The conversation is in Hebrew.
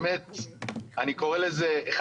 אחד,